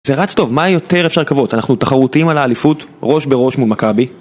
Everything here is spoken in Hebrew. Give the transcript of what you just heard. זה רץ טוב, מה יותר אפשר לקוות? אנחנו תחרותיים על האליפות, ראש בראש מול מכבי